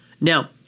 Now